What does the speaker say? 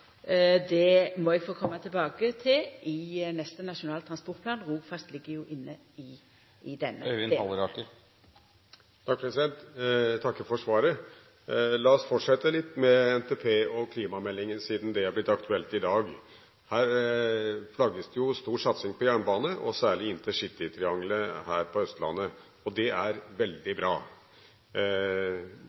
må eg få koma tilbake til i neste Nasjonal transportplan. Rogfast ligg jo inne i den. Jeg takker for svaret. La oss fortsette litt med NTP og klimameldingen siden det er blitt aktuelt i dag. Her flagges det jo stor satsing på jernbane, og særlig Intercitytriangelet her på Østlandet. Det er veldig bra.